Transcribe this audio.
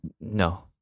No